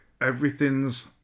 everything's